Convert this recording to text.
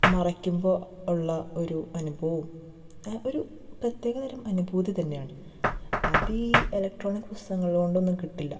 മറിക്കുമ്പോൾ ഉള്ള ഒരു അനുഭവവും ഒരു പ്രത്യേകതരം അനുഭൂതി തന്നെയാണ് അതീ എലക്ട്രോണിക് പുസ്തകങ്ങൾ കൊണ്ടൊന്നും കിട്ടില്ല